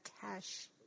cash